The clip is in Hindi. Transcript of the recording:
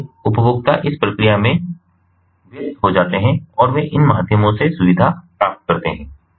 इसलिए उपभोक्ता इस प्रक्रिया में व्यस्त हो जाते हैं और वे इन माध्यमों से सुविधा प्राप्त करते हैं